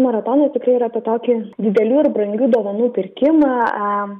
maratonas tai yra tą tokį didelių ir brangių dovanų pirkimą